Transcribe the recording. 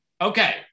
Okay